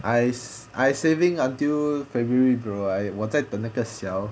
I I saving until february bro I 我在等那个魈